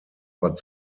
but